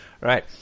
Right